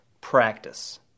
practice